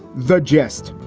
the jeste.